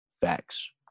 Facts